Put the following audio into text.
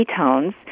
ketones